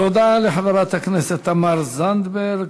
תודה לחברת הכנסת תמר זנדברג.